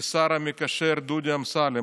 לשר המקשר דודי אמסלם.